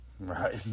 right